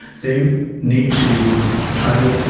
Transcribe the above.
they need to try to